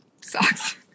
sucks